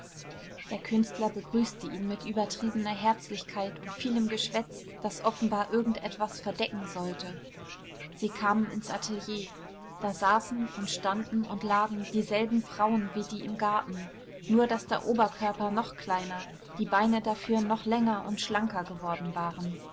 der künstler begrüßte ihn mit übertriebener herzlichkeit und vielem geschwätz das offenbar irgend etwas verdecken sollte sie kamen ins atelier da saßen und standen und lagen dieselben frauen wie die im garten nur daß die oberkörper noch kleiner die beine dafür noch länger und schlanker geworden waren